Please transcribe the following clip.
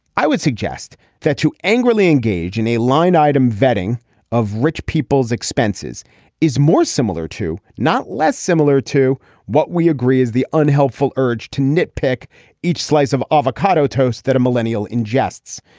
i would suggest that you angrily engage in a line item vetting of rich people's expenses is more similar to not less similar to what we agree is the unhelpful urge to nit pick each slice of avocado toast that a millennial ingests.